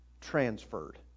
transferred